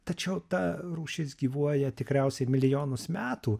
tačiau ta rūšis gyvuoja tikriausiai milijonus metų